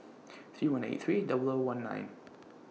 three one eight three double O one nine